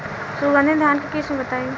सुगंधित धान के किस्म बताई?